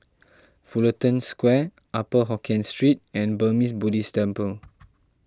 Fullerton Square Upper Hokkien Street and Burmese Buddhist Temple